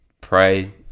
pray